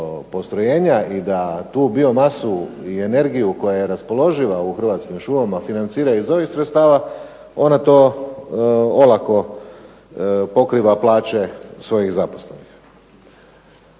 i da tu biomasu i energiju koja je raspoloživa u Hrvatskim šumama financira iz ovih sredstava, ona to olako pokriva plaće svojih zaposlenih.